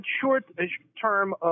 short-term